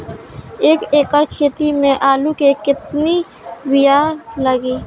एक एकड़ खेती में आलू के कितनी विया लागी?